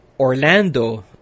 Orlando